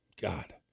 God